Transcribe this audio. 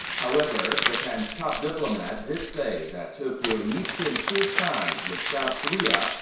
however. japan's top diplomat did say that tokyo needs to improve ties with south korea,